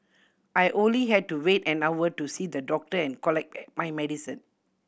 I only had to wait an hour to see the doctor and collect my medicine